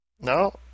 No